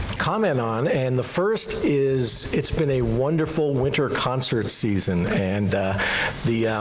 comment on and the first is it's been a wonderful winter concert season and the.